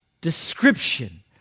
description